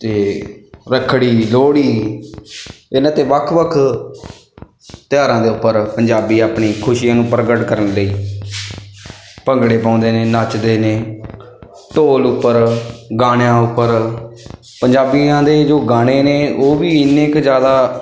ਅਤੇ ਰੱਖੜੀ ਲੋਹੜੀ ਇਹਨਾਂ 'ਤੇ ਵੱਖ ਵੱਖ ਤਿਉਹਾਰਾਂ ਦੇ ਉੱਪਰ ਪੰਜਾਬੀ ਆਪਣੀ ਖੁਸ਼ੀ ਨੂੰ ਪ੍ਰਗਟ ਕਰਨ ਲਈ ਭੰਗੜੇ ਪਾਉਂਦੇ ਨੇ ਨੱਚਦੇ ਨੇ ਢੋਲ ਉੱਪਰ ਗਾਣਿਆਂ ਉੱਪਰ ਪੰਜਾਬੀਆਂ ਦੇ ਜੋ ਗਾਣੇ ਨੇ ਉਹ ਵੀ ਇੰਨੇ ਕੁ ਜ਼ਿਆਦਾ